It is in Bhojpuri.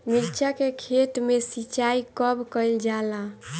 मिर्चा के खेत में सिचाई कब कइल जाला?